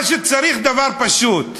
מה שצריך, דבר פשוט,